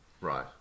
right